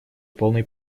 полной